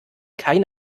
kein